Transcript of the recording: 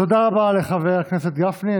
תודה רבה לחבר הכנסת גפני.